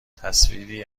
تصویری